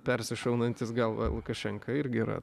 persišaunantis galvą lukašenka irgi yra